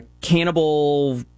cannibal